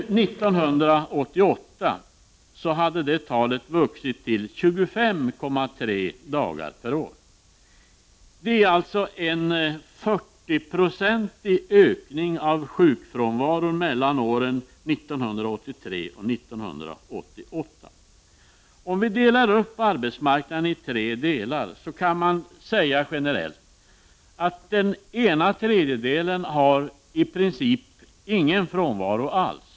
För år 1988 hade det talet vuxit till 25,3 dagar. Det är alltså en 40-procentig ökning av sjukfrånvaron mellan 1983 och 1988. Om man delar upp arbetsmarknaden i tre delar kan man generellt säga att en tredjedel av de anställda i princip inte har någon frånvaro alls.